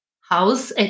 house